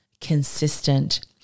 consistent